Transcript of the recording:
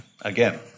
again